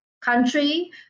country